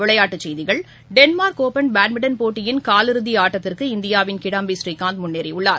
விளையாட்டுச் செய்திகள் Denmark open badminton போட்டியின் காலிறதி ஆட்டத்திற்கு இந்தியாவின் கிடாம்பி ஸ்ரீகாந்த் முன்னேறியுள்ளார்